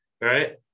right